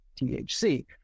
THC